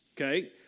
Okay